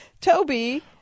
Toby